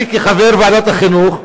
אני, כחבר ועדת החינוך,